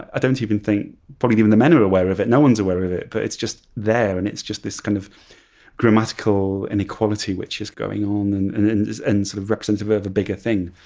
i don't even think probably even the men are aware of it. no one's aware of it. but it's just there, and it's just this kind of grammatical inequality which is going on and and and and sort of representative of a bigger thing.